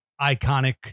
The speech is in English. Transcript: iconic